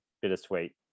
bittersweet